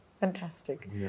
Fantastic